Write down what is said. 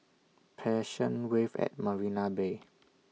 Passion Wave At Marina Bay